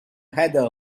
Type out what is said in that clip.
heather